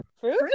Fruit